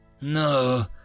No